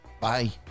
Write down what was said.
Bye